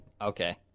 Okay